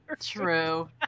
true